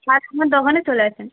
কাল সকালে দোকানে চলে আসেন